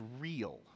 real